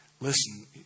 listen